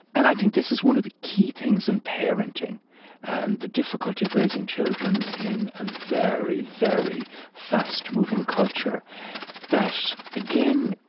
and i think this is one of the key things in parenting and the difficulty of raising children in a very, very fast-moving culture that again,